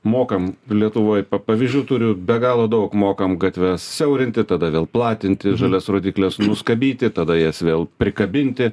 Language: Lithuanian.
mokam lietuvoj pa pavyzdžių turiu be galo daug mokam gatves siaurinti tada vėl platinti žalias rodykles nuskabyti tada jas vėl prikabinti